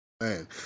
man